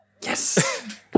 Yes